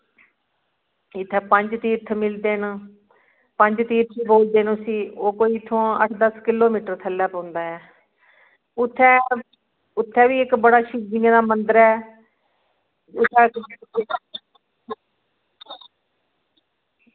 इत्थै पंज तीरथ मिलदे न पंज तीरथ बोलदे उस्सी ओह् इत्थुआं कोई अट्ठ दस्स केलोमीटर पौंदा ऐ इत्थें इत्थें बी शिवजियें दा इक्क बड्डा मंदर ऐ